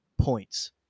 points